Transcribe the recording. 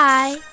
Bye